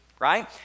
right